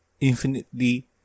infinitely